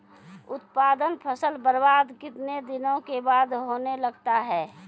उत्पादन फसल बबार्द कितने दिनों के बाद होने लगता हैं?